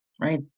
right